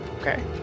Okay